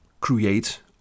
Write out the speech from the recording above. create